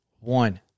one